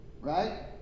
Right